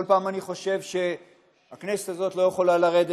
כל פעם אני חושב שהכנסת הזאת לא יכולה לרדת